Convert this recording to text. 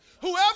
Whoever